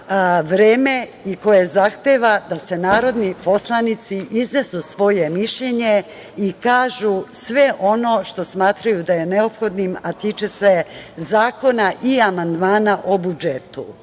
vreme i koje zahteva da narodni poslanici iznesu svoje mišljenje i kažu sve ono što smatraju da je neophodno, a tiče se zakona i amandmana o budžetu. Ja